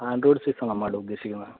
Android സെറ്റാണൊ madam ഉദ്ദേശിക്കുന്നത്